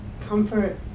Comfort